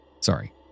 Sorry